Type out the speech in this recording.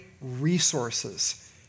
resources